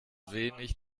wenig